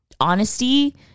honesty